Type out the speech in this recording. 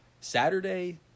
Saturday